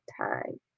time